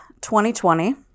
2020